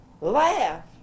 laugh